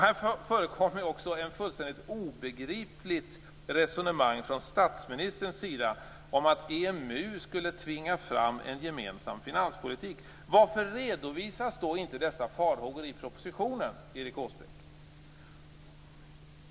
Här förekommer också ett fullständigt obegripligt resonemang från statsministerns sida om att EMU skulle tvinga fram en gemensam finanspolitik. Varför redovisas då inte dessa farhågor i propositionen, Erik Åsbrink?